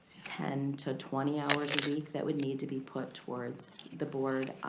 ten to twenty hours a week that would need to be put towards the board